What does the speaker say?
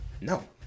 No